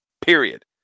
period